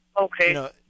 Okay